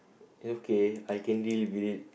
okay I can live with it